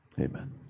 Amen